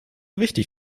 wichtig